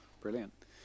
brilliant